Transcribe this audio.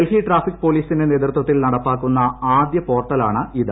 Delhi traffic പോലീസിന്റെ നേതൃത്വത്തിൽ ഇത്തരത്തിൽ നടപ്പാക്കുന്ന ആദ്യ പോർട്ടലാണ് ഇത്